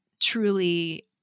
truly